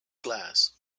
glass